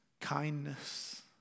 kindness